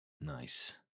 nice